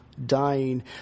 dying